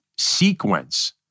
sequence